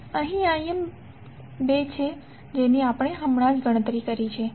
અહીં Im 2 છે જેની આપણે હમણાં જ ગણતરી કરી છે